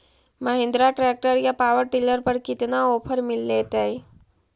Mahindra tractor या power dealer पर कितना ओफर मीलेतय?